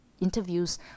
interviews